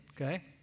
okay